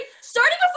starting